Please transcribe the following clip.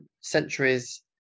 centuries